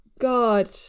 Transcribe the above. God